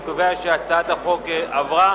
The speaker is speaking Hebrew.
אני קובע שהצעת החוק עברה